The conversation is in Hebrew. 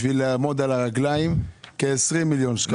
כדי לעמוד על הרגליים הם צריכים כ-20 מיליון שקלים.